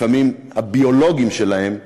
לפעמים הביולוגיים, שלהם בגלל,